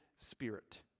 spirit